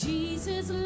Jesus